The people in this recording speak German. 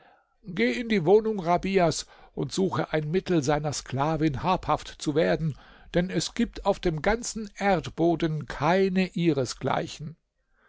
geh in die wohnung rabias und suche ein mittel seiner sklavin habhaft zu werden denn es gibt auf dem ganzen erdboden keine ihresgleichen